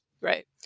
Right